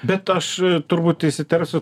bet aš turbūt įsiterpsiu